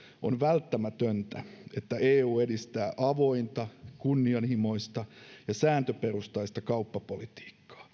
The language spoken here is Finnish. on välttämätöntä että eu edistää avointa kunnianhimoista ja sääntöperustaista kauppapolitiikkaa